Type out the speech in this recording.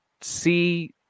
see